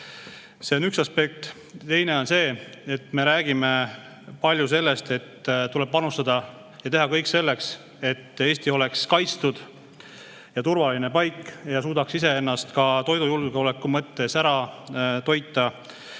See on üks aspekt. Teine on see, et me räägime palju sellest, et tuleb panustada ja teha kõik selleks, et Eesti oleks kaitstud ja turvaline paik ja suudaks iseennast ka toidujulgeoleku mõttes ära toita.